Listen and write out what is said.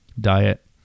diet